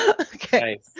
okay